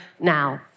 now